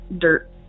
dirt